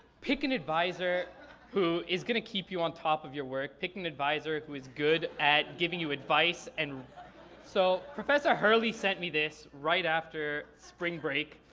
pick an advisor who is gonna keep you on top of your work. pick an advisor who's is good at giving you advice. and so professor hurley sent me this right after spring break.